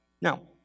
Now